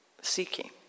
seeking